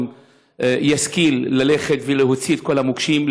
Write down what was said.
ישכיל ללכת ולהוציא את כל המוקשים,